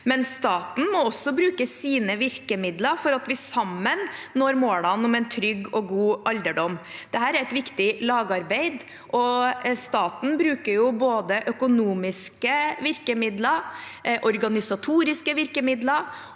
staten må også bruke sine virkemidler for at vi sammen når målene om en trygg og god alderdom. Dette er et viktig lagarbeid. Staten bruker både økonomiske virkemidler, organisatoriske virkemidler